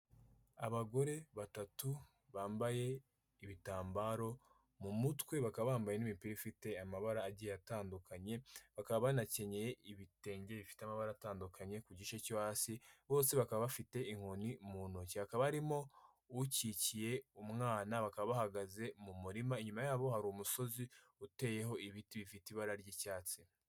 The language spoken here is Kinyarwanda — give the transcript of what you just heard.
Abagore batatu bambaye ibitambaro mu mutwe bakaba bambaye n'imipira ifite amabara agiye atandukanye, bakaba banakenyeye ibitenge bifite amabara atandukanye ku gice cyo hasi, bose bakaba bafite inkoni mu ntoki, hakaba harimo ukikiye umwana bakaba bahagaze mu murima, inyuma yabo hari umusozi uteyeho ibiti bifite ibara ry'icyatsi.